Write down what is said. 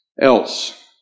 else